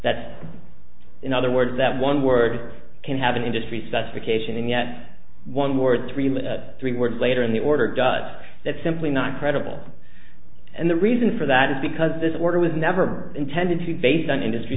that in other words that one word can have an industry such a case and yet one word three three words later in the order does that simply not credible and the reason for that is because this order was never intended to be based on industry